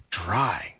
dry